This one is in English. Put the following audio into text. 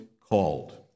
called